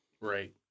Right